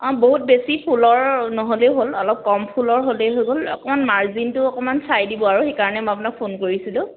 অঁ বহুত বেছি ফুলৰ নহ'লেও হ'ল অলপ কম ফুলৰ হ'লেই হৈ গ'ল অকণ মাৰ্জিনটো অকমান চাই দিব আৰু সেইকাৰণে মই আপোনাক ফোন কৰিছিলোঁ